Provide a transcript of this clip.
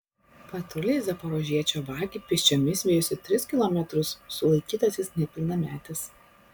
patruliai zaporožiečio vagį pėsčiomis vijosi tris kilometrus sulaikytasis nepilnametis